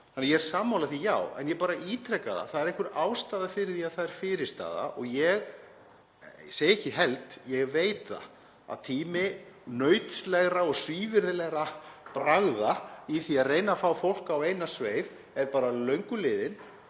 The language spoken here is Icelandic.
Þannig að ég er sammála því, já, en ég bara ítreka að það er einhver ástæða fyrir því að það er fyrirstaða og ég segi ekki ég held, ég veit það að tími nautslegra og svívirðilegra bragða í því að reyna að fá fólk á eina sveif er bara löngu liðinn.